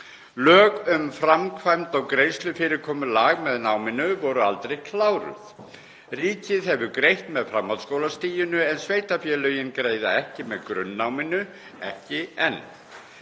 Lög um framkvæmd á greiðslufyrirkomulagi með náminu voru aldrei kláruð. Ríkið hefur greitt með framhaldsskólastiginu en sveitarfélögin greiða ekki með grunnnáminu, ekki enn.